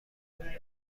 داد